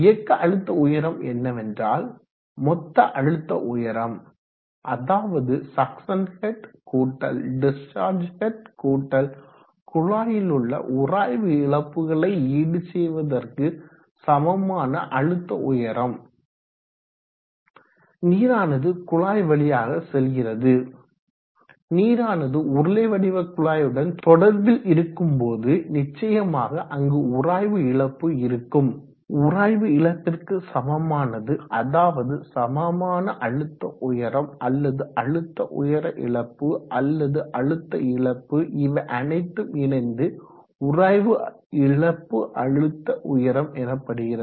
இயக்க அழுத்த உயரம் என்னவேன்றால் மொத்த அழுத்த உயரம் அதாவது சக்சன் ஹெட் கூட்டல் டிஸ்சார்ஜ் ஹெட் கூட்டல் குழாயிலுள்ள உராய்வு இழப்புகளை ஈடுசெய்வதற்கு சமமான அழுத்த உயரம் நீரானது குழாய் வழியாக செல்கிறது நீரானது உருளை வடிவ குழாயுடன் தொடர்பில் இருக்கும் போது நிச்சயமாக அங்கு உராய்வு இழப்பு இருக்கும் மற்றும் உராய்வு இழப்பிற்கு சமமானது அதாவது சமமான அழுத்த உயரம் அல்லது அழுத்த உயர இழப்பு அல்லது அழுத்த இழப்பு இவை அனைத்தும் இணைந்து உராய்வு இழப்பு அழுத்த உயரம் எனப்படுகிறது